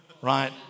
right